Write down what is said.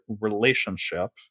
relationship